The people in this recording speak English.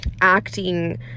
acting